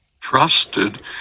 trusted